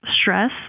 stress